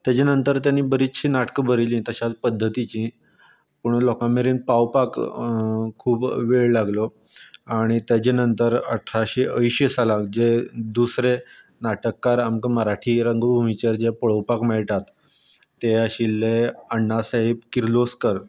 तेजे नंतर तेणी बरिचशीं नाटकां बरयलीं तश्याच पद्दतीचीं पूण लोकां मेरेन पावपाक खूब वेळ लागलो आनी तेजे नंतर अठराशे अंयशी सालांत जे दुसरे नाटककार आमकां मराठी रंगभुमीचेर जे पळोवपाक मेळटात ते आशिल्ले अण्णा साहेब किर्लोस्कर